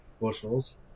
bushels